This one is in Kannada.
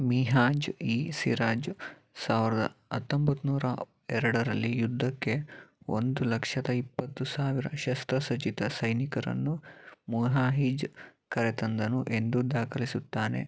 ಮಿಹಾಜ್ ಇ ಸಿರಾಜ್ ಸಾವಿರ್ದ ಹತ್ತೊಂಬತ್ತ್ನೂರ ಎರಡರಲ್ಲಿ ಯುದ್ಧಕ್ಕೆ ಒಂದು ಲಕ್ಷದ ಇಪ್ಪತ್ತು ಸಾವಿರ ಶಸ್ತ್ರಸಜ್ಜಿತ ಸೈನಿಕರನ್ನು ಮುಹಾಹೀಜ್ ಕರೆತಂದನು ಎಂದು ದಾಖಲಿಸುತ್ತಾನೆ